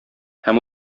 һәм